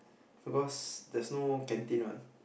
because there's no canteen what